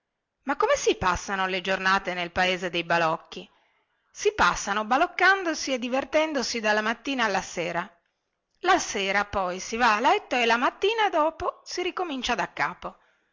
ma come si passano le giornate nel paese dei balocchi si passano baloccandosi e divertendosi dalla mattina alla sera la sera poi si va a letto e la mattina dopo si ricomincia daccapo